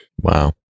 Wow